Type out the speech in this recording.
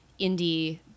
indie